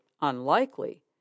unlikely